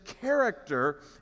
character